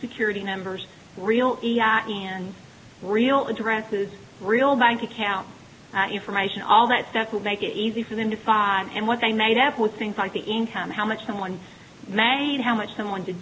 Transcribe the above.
security numbers real and real addresses real bank account information all that stuff to make it easy for them to file and what they made up with things like the income how much someone may how much someone to